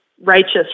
righteous